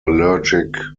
allergic